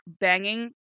banging